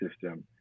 system